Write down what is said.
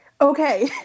Okay